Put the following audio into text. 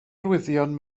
arwyddion